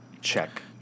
check